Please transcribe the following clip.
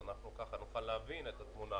אולי ככה נוכל להבין את התמונה